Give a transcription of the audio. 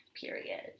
Period